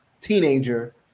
teenager